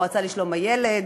למועצה לשלום הילד,